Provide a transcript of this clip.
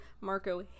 Marco